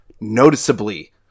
noticeably